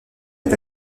est